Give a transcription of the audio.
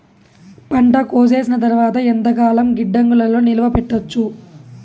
పంట కోసేసిన తర్వాత ఎంతకాలం గిడ్డంగులలో నిలువ పెట్టొచ్చు?